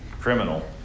criminal